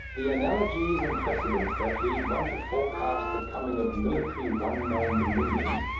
the analogies and precedents that lead one to forecast the coming of military one-man-dominions,